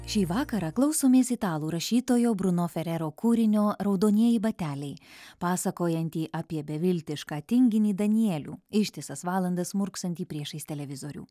šį vakarą klausomės italų rašytojo bruno ferero kūrinio raudonieji bateliai pasakojantį apie beviltišką tinginį danielių ištisas valandas murksantį priešais televizorių